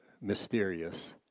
mysterious